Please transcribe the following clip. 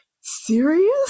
serious